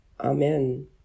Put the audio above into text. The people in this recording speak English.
Amen